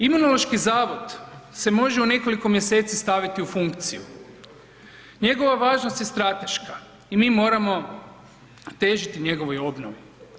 Imunološki zavod se može u nekoliko mjeseci staviti u funkciju, njegova važnost je strateška i mi moramo težiti njegovoj obnovi.